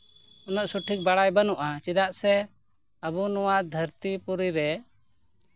ᱩᱱᱟᱹᱜ ᱥᱚᱴᱷᱤᱠ ᱵᱟᱲᱟᱭ ᱵᱟᱹᱱᱩᱜᱼᱟ ᱪᱮᱫᱟᱜ ᱥᱮ ᱟᱵᱚ ᱱᱚᱣᱟ ᱫᱷᱟᱨᱛᱤ ᱯᱩᱨᱤ ᱨᱮ